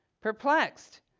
perplexed